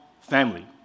family